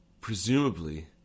Presumably